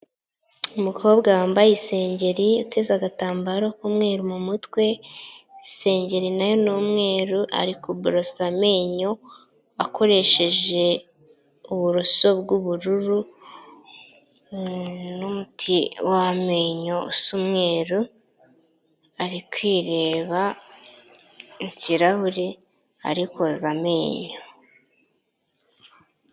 Umukobwa wambaye isengeri uteze agatambaro kumwiru mu mutwe ,isengeri nayo n'umweru ari kuborosa amenyo akoresheje uburoso bw'ubururu n'umuti w'amenyo usa umweru, ari kwireba mu kirahuri ari koza amenyo.